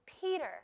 Peter